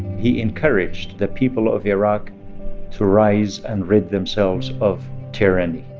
he encouraged the people of iraq to rise and rid themselves of tyranny.